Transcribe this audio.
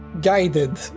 guided